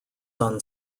son